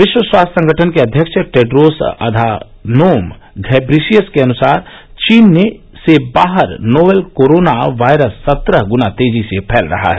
विश्व स्वास्थ्य संगठन के अध्यक्ष टैडोस अधानोम घेब्रीयीसस के अनुसार चीन से बाहर नोवेल कोरोना वायरस सत्रह गुना तेजी से फैल रहा है